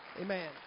Amen